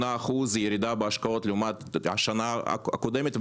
68% ירידה בהשקעות לעומת השנה הקודמת,